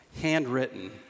handwritten